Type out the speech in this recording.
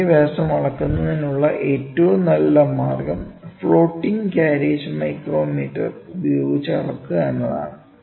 ചെറിയ വ്യാസം അളക്കുന്നതിനുള്ള ഏറ്റവും നല്ല മാർഗം ഫ്ലോട്ടിംഗ് കാരേജ് മൈക്രോമീറ്റർ ഉപയോഗിച്ച് അളക്കുക എന്നതാണ്